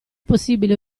possibile